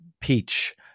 peach